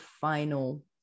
final